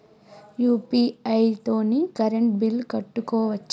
UPI తోని current bill కట్టుకోవచ్ఛా?